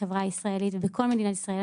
בחברה הישראלית ובכל מדינת ישראל.